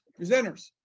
Presenters